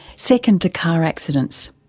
second to car accidents.